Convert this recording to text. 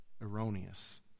erroneous